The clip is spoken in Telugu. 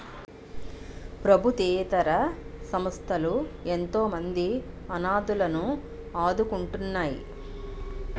ప్రభుత్వేతర సంస్థలు ఎంతోమంది అనాధలను ఆదుకుంటున్నాయి